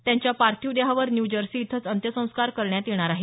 त्यांच्या पार्थिव देहावर न्यू जर्सी इथंच अंत्यसंस्कार करण्यात येणार आहेत